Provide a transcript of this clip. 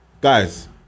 Guys